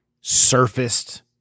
surfaced